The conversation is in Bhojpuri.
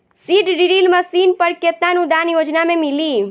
सीड ड्रिल मशीन पर केतना अनुदान योजना में मिली?